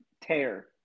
tear